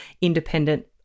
independent